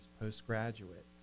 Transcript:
postgraduate